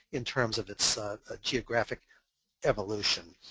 in terms of its ah geographic evolution.